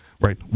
right